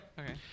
Okay